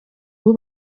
ubu